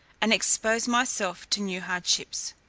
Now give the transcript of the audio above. and expose myself to new hardships?